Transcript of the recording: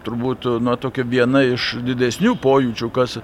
turbūt na tokia viena iš didesnių pojūčių kas